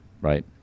right